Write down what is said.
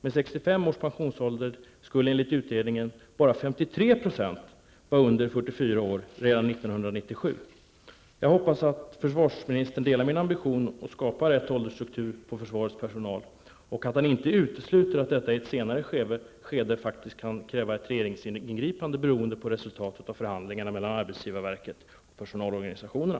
Med 65 års pensionsålder skulle enligt utredningen bara 53 % vara under 44 år redan år Jag hoppas att försvarsministern delar min ambition och skapar rätt åldersstruktur på försvarets personal, och att han inte utesluter att detta i ett senare skede faktiskt kan kräva ett regeringsingripande beroende på resultatet av förhandlingarna mellan arbetsgivarverket och personalorganisationerna.